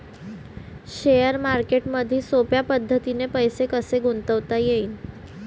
Share मार्केटमधी सोप्या पद्धतीने पैसे कसे गुंतवता येईन?